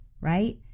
right